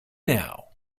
now